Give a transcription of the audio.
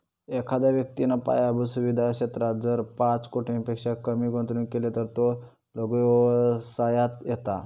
एखाद्या व्यक्तिन पायाभुत सुवीधा क्षेत्रात जर पाच कोटींपेक्षा कमी गुंतवणूक केली तर तो लघु व्यवसायात येता